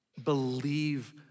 believe